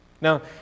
Now